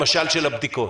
למשל של הבדיקות.